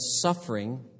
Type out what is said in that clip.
suffering